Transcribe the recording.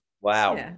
wow